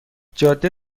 جاده